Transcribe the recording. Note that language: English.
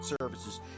services